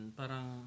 parang